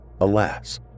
Alas